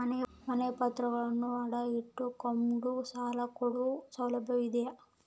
ಮನೆ ಪತ್ರಗಳನ್ನು ಅಡ ಇಟ್ಟು ಕೊಂಡು ಸಾಲ ಕೊಡೋ ಸೌಲಭ್ಯ ಇದಿಯಾ?